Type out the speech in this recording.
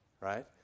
right